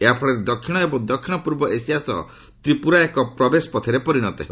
ଏହାଫଳରେ ଦକ୍ଷିଣ ଏବଂ ଦକ୍ଷିଣ ପୂର୍ବ ଏସିଆ ସହ ତ୍ରିପୁରା ଏକ ପ୍ରବେଶପଥରେ ପରିଣତ ହେବ